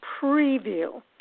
Preview